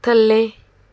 ਥੱਲੇ